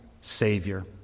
Savior